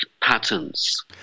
patterns